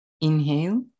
Inhale